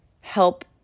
help